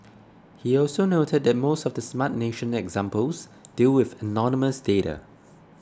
he also noted that most of the Smart Nation examples deal with anonymous data